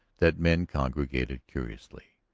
that men congregated curiously.